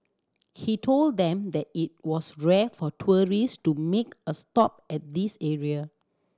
he told them that it was rare for tourist to make a stop at this area